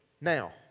now